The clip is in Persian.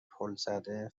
پلزده